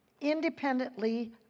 independently